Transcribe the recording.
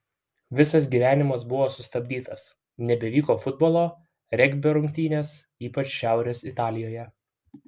visas gyvenimas buvo sustabdytas nebevyko futbolo regbio rungtynės ypač šiaurės italijoje